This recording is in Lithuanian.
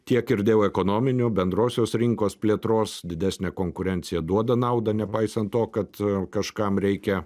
tiek ir dėl ekonominių bendrosios rinkos plėtros didesnė konkurencija duoda naudą nepaisant to kad kažkam reikia